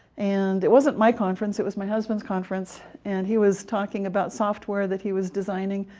and it wasn't my conference it was my husband's conference, and he was talking about software that he was designing.